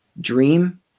dream